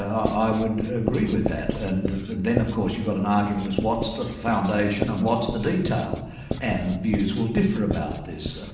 i would agree with that and but then of course you've got an argument as what's the foundation and what's the detail and views will differ about this.